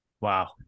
Wow